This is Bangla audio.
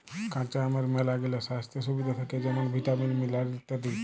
কাঁচা আমের ম্যালাগিলা স্বাইস্থ্য সুবিধা থ্যাকে যেমল ভিটামিল, মিলারেল ইত্যাদি